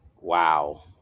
Wow